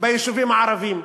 ביישובים הערביים,